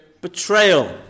betrayal